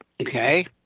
Okay